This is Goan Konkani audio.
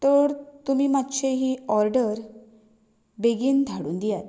तर तुमी मातशें ही ऑर्डर बेगीन धाडून दियात